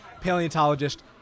Paleontologist